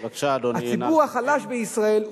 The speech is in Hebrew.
זה הציבור החלש בישראל.